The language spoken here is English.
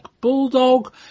Bulldog